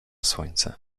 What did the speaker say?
słońce